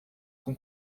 com